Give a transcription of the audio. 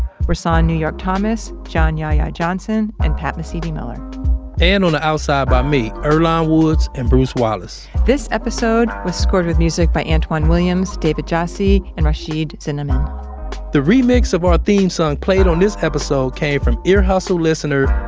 rahsaan new york thomas, john yahya johnson, and pat mesiti-miller and on the outside by me, earlonne woods and bruce wallace this episode was scored with music by antwan williams, david jassy, and rhashiyd zinnamon the remix of our theme song played on this episode came from ear hustle listener,